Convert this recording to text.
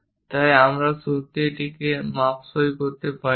তাই আমরা সত্যিই এটাকে মাপসই করতে পারি না